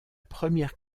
première